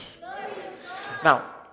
Now